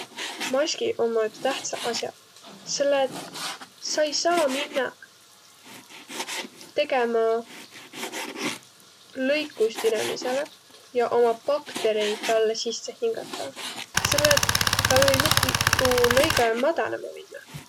Maskiq ommaq üteq tähtsäq as'aq, selle et sa ei saaq minnäq tegemä lõikust inemisele ja omma baktereid talle sisse hingata, selle et täl või tuu lõigõ mädänemä minnäq.